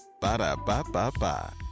Ba-da-ba-ba-ba